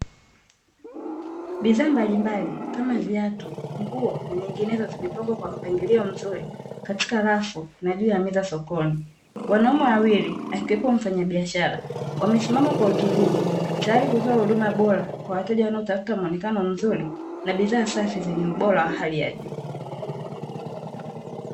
Bidhaa mbalimbali kama vile viatu , nguo na nyinginezo zimepangwa kwa mpangilio mzuri katika rafu na juu ya meza sokoni .wanaume wawili akiwepo mfanyabiashara wamesimama kwa utulivu . Tayari kutoka huduma Bora kwa wateja wanaotafuta mwonekano mzuri na bidhaa safi zenye ubora wa hali ya juu.